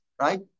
right